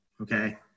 okay